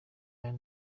are